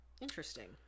Interesting